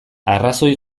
arrazoi